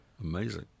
Amazing